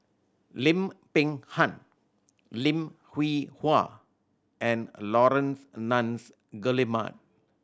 Lim Peng Han Lim Hwee Hua and Laurence Nunns Guillemard